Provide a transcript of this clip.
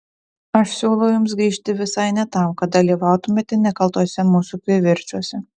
aš siūlau jums grįžti visai ne tam kad dalyvautumėte nekaltuose mūsų kivirčuose